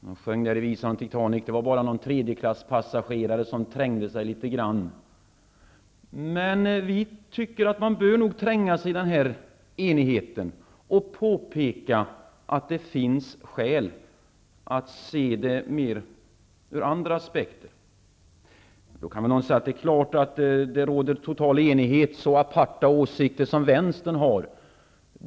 Precis som i visan om Titanic är det bara någon passagerare i tredje klass som trängde sig litet grand. Men vi tycker att man nog bör trängas i den här enigheten och påpeka att det finns skäl att se dessa frågor ur andra aspekter. Då kan någon säga att det är klart att det råder total enighet med så aparta åsikter som Vänstern har.